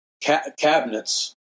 cabinets